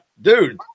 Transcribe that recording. Dude